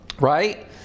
right